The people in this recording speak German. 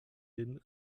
den